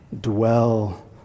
Dwell